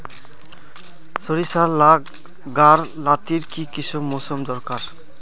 सरिसार ला गार लात्तिर की किसम मौसम दरकार?